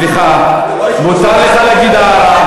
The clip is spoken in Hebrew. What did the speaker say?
סליחה, מותר לך להגיד הערה.